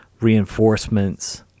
reinforcements